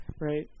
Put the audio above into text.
Right